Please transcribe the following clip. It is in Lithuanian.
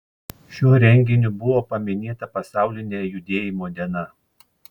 šiuo renginiu bus paminėta pasaulinė judėjimo diena